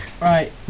Right